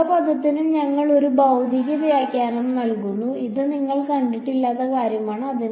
ഓരോ പദത്തിനും ഞങ്ങൾ ഒരു ഭൌതിക വ്യാഖ്യാനം നൽകും ഇത് നിങ്ങൾ കണ്ടിട്ടില്ലാത്ത കാര്യമാണ്